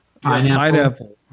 Pineapple